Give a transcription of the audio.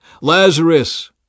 Lazarus